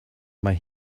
mae